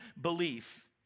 belief